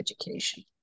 education